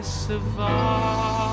survive